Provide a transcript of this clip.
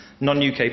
non-UK